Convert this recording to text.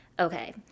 Okay